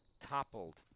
toppled